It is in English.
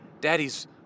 daddy's